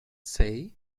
say